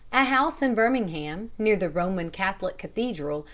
a house in birmingham, near the roman catholic cathedral,